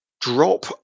drop